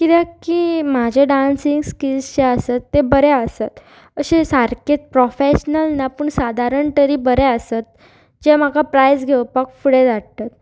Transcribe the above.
कित्याक की म्हाजे डांसींग स्किल्स जे आसत ते बरें आसत अशे सारकें प्रोफेशनल ना पूण सादारण तरी बरें आसत जे म्हाका प्रायज घेवपाक फुडें धाडटात